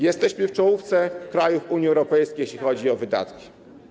Jesteśmy w czołówce krajów Unii Europejskiej, jeśli chodzi o wydatki.